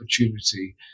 opportunity